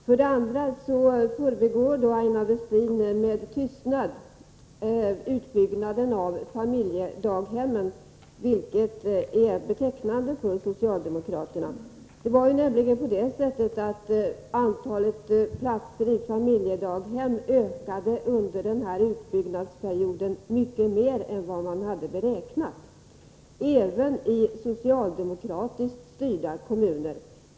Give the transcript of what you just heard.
För det andra: Aina Westin förbigår med tystnad utbyggnaden av familjedaghemmen, vilket är betecknande för socialdemokraterna. Antalet platser i familjedaghem ökade under den här utbyggnadsperioden mycket mer än vad man hade beräknat — även i socialdemokratiskt styrda kommuner.